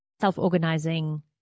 self-organizing